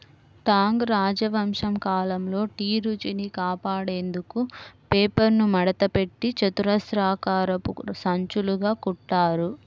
Tang రాజవంశం కాలంలో tea రుచిని కాపాడేందుకు పేపర్ను మడతపెట్టి చతురస్రాకారపు సంచులుగా కుట్టారు